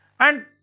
and